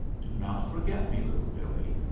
do not forget me, little billee.